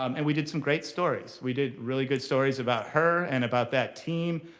um and we did some great stories. we did really good stories about her and about that team.